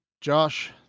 Josh